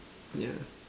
yeah